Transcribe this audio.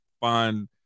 find